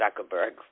Zuckerberg